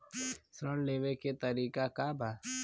ऋण लेवे के तरीका का बा?